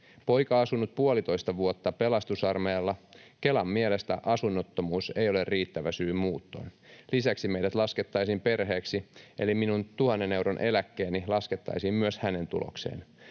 Poika on asunut puolitoista vuotta Pelastusarmeijalla. Kelan mielestä asunnottomuus ei ole riittävä syy muuttoon. Lisäksi meidät laskettaisiin perheeksi, eli minun tuhannen euron eläkkeeni laskettaisiin myös hänen tulokseen.